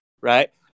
right